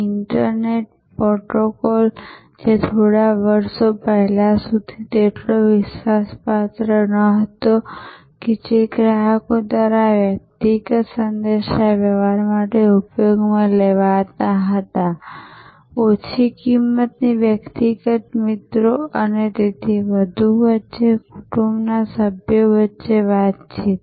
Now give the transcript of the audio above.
internet protocol જે થોડા વર્ષો પહેલા સુધી તેટલો વિશ્વાસપાત્ર ન હતો જે ગ્રાહકો દ્વારા વ્યક્તિગત સંદેશાવ્યવહાર માટે ઉપયોગમાં લેવાતા હતા ઓછી કિંમતની વ્યક્તિગત મિત્રો અને તેથી વધુ વચ્ચે કુટુંબના સભ્યો વચ્ચે વાતચીત